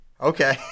Okay